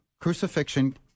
crucifixion